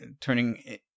turning